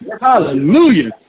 Hallelujah